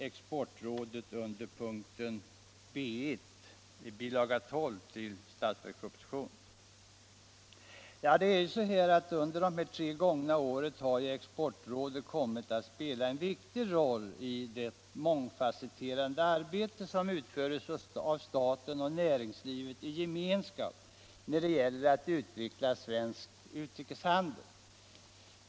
Jag är glad över att utskottet skrivit positivt. Under de tre senaste åren har Exportrådet kommit att spela en viktig roll i det mångfasetterade arbete som utförs av staten och näringslivet i gemenskap när det gäller att utveckla svensk utrikeshandel.